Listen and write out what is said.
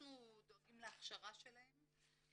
אנחנו דואגים להכשרה שלהם,